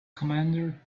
commander